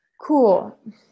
Cool